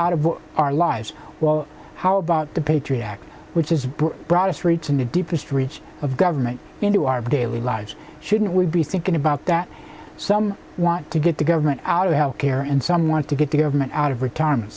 out of our lives well how about the patriot act which is broad a street in the deepest reach of government into our daily lives shouldn't we be thinking about that some want to get the government out of health care and some want to get government out of retirement